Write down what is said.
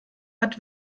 hat